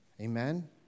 Amen